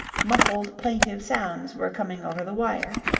muffled, plaintive sounds were coming over the wire.